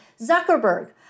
Zuckerberg